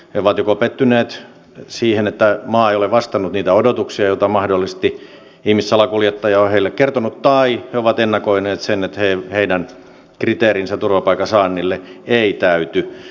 he ovat joko pettyneet siihen että maa ei ole vastannut niitä odotuksia joita mahdollisesti ihmissalakuljettaja on heille kertonut tai he ovat ennakoineet sen että heidän kriteerinsä turvapaikan saannille ei täyty